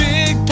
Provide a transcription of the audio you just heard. Big